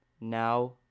Now